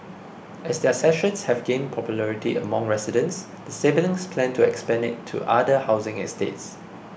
as their sessions have gained popularity among residents the siblings plan to expand it to other housing estates